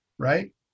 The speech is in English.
Right